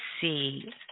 see